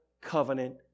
covenant